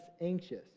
anxious